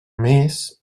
més